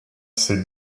ses